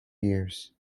years